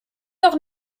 doch